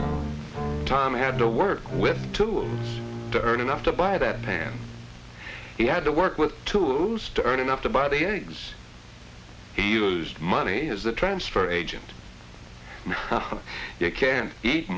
fun time had to work with tools to earn enough to buy that van he had to work with tools to earn enough to buy the eggs he used money is a transfer agent you can't eat